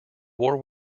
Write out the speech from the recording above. war